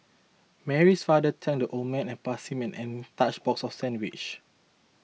Mary's father thanked the old man and passed him an untouched box of sandwiches